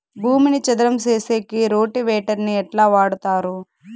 భూమిని చదరం సేసేకి రోటివేటర్ ని ఎట్లా వాడుతారు?